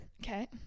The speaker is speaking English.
okay